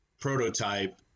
prototype